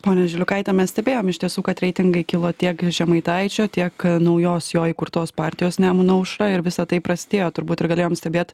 ponia žiliukaite mes stebėjom iš tiesų kad reitingai kilo tiek žemaitaičio tiek naujos jo įkurtos partijos nemuno aušra ir visa tai prasidėjo turbūt ir galėjom stebėt